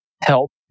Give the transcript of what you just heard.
help